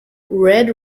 red